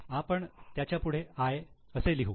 आपण त्याच्या पुढे 'I' असे लिहू